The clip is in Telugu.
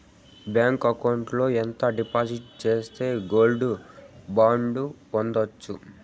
బ్యాంకు అకౌంట్ లో ఎంత డిపాజిట్లు సేస్తే గోల్డ్ బాండు పొందొచ్చు?